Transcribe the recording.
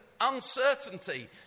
uncertainty